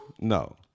no